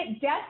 death